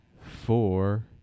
four